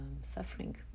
suffering